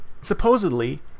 supposedly